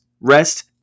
Rest